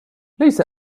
ليس